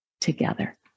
together